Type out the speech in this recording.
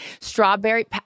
Strawberry